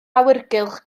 awyrgylch